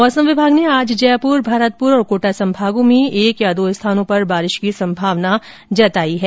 मौसम विभाग ने आज जयपुर भरतपुर और कोटा संभागों में एक या दो स्थानों पर बारिश की संभावना जताई है